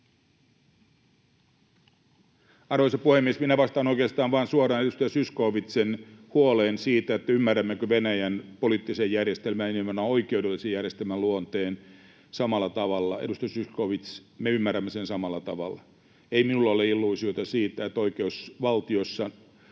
Arvoisa puhemies! Minä vastaan oikeastaan vain suoraan edustaja Zyskowiczin huoleen siitä, ymmärrämmekö Venäjän poliittisen järjestelmän ja nimenomaan oikeudellisen järjestelmän luonteen samalla tavalla. Edustaja Zyskowicz, me ymmärrämme sen samalla tavalla. Ei minulla ole illuusiota tästä: oi- keusvaltiossa,